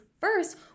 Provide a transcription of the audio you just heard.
First